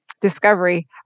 discovery